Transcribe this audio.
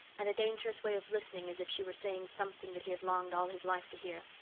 and a dangerous way of listening as if she were saying something that he had longed all his life to hear.